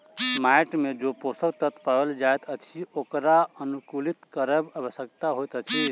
माइट मे जे पोषक तत्व पाओल जाइत अछि ओकरा अनुकुलित करब आवश्यक होइत अछि